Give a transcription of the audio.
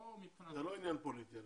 לא מבחינה --- זה לא עניין פוליטי.